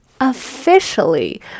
officially